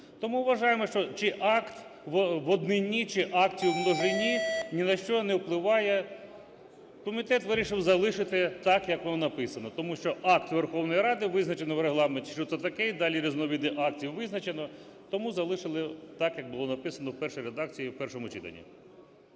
тому вважаємо, що чи акт в однині, чи акти в множині ні на що не впливає. Комітет вирішив залишити так, як було написано. Тому що акт Верховної Ради, визначено в Регламенті, що це таке, і далі різновиди актів визначено. Тому залишили так, як було написано в першій редакції в першому читанні.